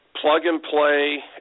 plug-and-play